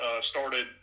Started